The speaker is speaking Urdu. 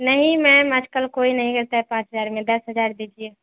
نہیں میم آج کل کوئی نہیں کرتا پانچ ہزار میں دس ہزار دیجیے